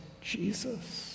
Jesus